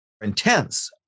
intense